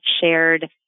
shared